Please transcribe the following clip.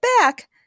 back